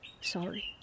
sorry